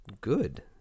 good